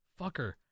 Fucker